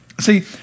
See